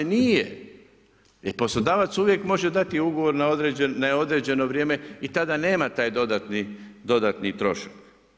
Nije, jer poslodavac uvijek može dati ugovor na neodređeno vrijeme i tada nema taj dodatni trošak.